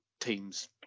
teams